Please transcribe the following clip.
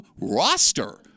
roster